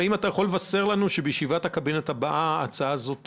אז האם אתה יכול לבשר לנו שבישיבת הקבינט הבאה ההצעה הזאת תידון?